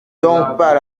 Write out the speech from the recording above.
pas